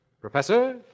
Professor